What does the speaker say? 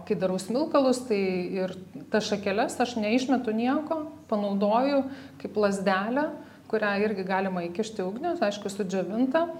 kai darau smilkalus tai ir tas šakeles aš neišmetu nieko panaudoju kaip lazdelę kurią irgi galima įkišti į ugnį aišku sudžiovintą